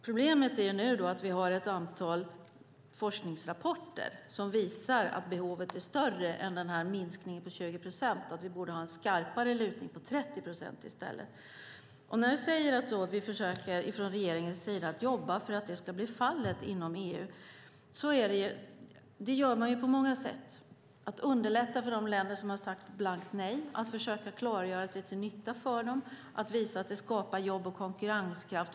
Problemet är nu att vi har ett antal forskningsrapporter som visar att behovet är större än minskningen på 20 procent. Vi borde ha en skarpare lutning på 30 procent i stället. Vi försöker från regeringens sida på många sätt jobba för att det ska bli fallet. Vi försöker klargöra för de länder som har gett ett blankt nej att det är till nytta för dem och att det skapar jobb och konkurrenskraft.